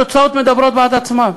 התוצאות מדברות בעד עצמן: